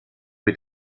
mit